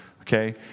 Okay